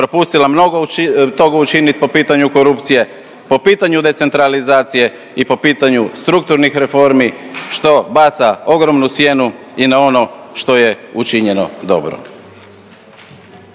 propustila mnogo toga učinit po pitanju korupcije, po pitanju decentralizacije i po pitanju strukturnih reformi što baca ogromnu sjenu i na ono što je učinjeno dobro.